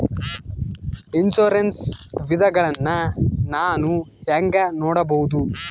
Insurance ವಿಧಗಳನ್ನ ನಾನು ಹೆಂಗ ನೋಡಬಹುದು?